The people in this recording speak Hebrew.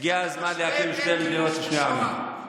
הגיע הזמן להקים שתי מדינות לשני עמים.